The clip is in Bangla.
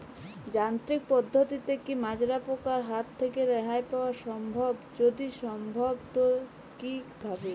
যান্ত্রিক পদ্ধতিতে কী মাজরা পোকার হাত থেকে রেহাই পাওয়া সম্ভব যদি সম্ভব তো কী ভাবে?